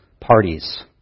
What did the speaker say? parties